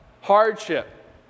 hardship